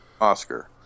Oscar